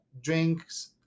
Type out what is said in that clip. Drinks